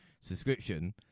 subscription